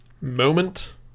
moment